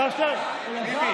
השר שטרן, אלעזר.